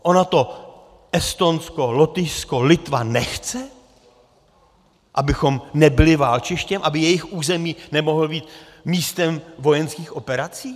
Ono to Estonsko, Lotyšsko, Litva nechce, abychom nebyli válčištěm, aby jejich území nemohlo být místem vojenských operací?